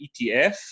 ETF